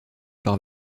par